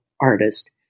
artist